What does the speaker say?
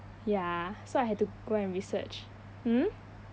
ya so I have to go and research hmm